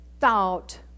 thought